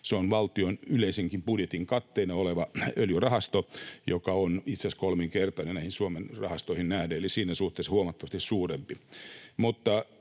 se on valtion yleisenkin budjetin katteena oleva öljyrahasto, joka on itse asiassa kolminkertainen näihin Suomen rahastoihin nähden eli siinä suhteessa huomattavasti suurempi.